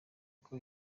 uko